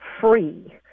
free